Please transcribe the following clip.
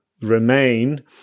remain